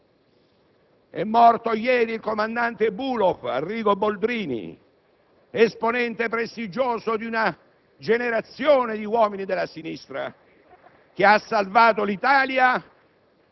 Ho parlato di un'alleanza con il Partito democratico. Ma il Partito democratico la vuole? Ci volete dire una buona volta che cosa avete in mente di fare da grandi?